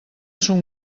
son